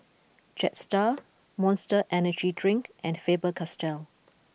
Jetstar Monster Energy Drink and Faber Castell